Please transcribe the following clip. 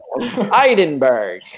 Edinburgh